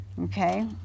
Okay